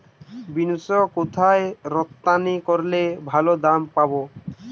Beans কোথায় রপ্তানি করলে ভালো দাম পাব?